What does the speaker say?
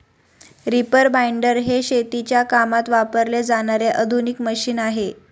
reaper binder हे शेतीच्या कामात वापरले जाणारे आधुनिक मशीन आहे